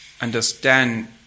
understand